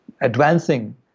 advancing